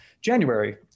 January